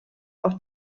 auf